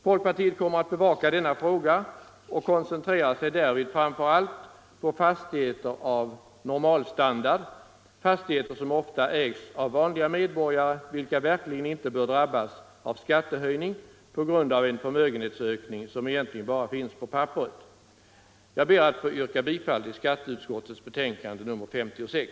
Folkpartiet kommer att bevaka denna fråga och därvid framför allt koncentrera sig på fastigheter av ”normalstandard”', fastigheter som ofta ägs av vanliga medborgare, vilka verkligen inte bör drabbas av skattehöjning på grund av en förmögenhetsökning som egentligen bara finns på papperet. Jag ber att få yrka bifall till skatteutskottets hemställan i betänkande nr 56.